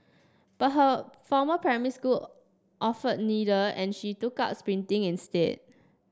but her former primary school offered neither and she took up sprinting instead